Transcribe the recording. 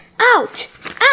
out